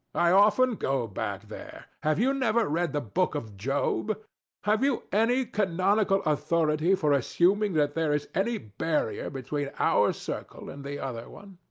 i often go back there. have you never read the book of job have you any canonical authority for assuming that there is any barrier between our circle and the other one?